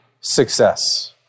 success